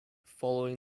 following